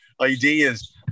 ideas